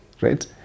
right